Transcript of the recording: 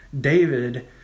David